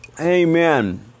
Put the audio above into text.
Amen